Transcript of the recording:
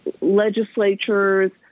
legislatures